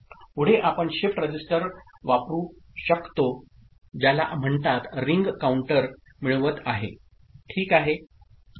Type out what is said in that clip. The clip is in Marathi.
पुढे आपण शिफ्ट रजिस्टर वापरु शकतो ज्याला म्हणतात रिंग काउंटर मिळवत आहे ठीक आहे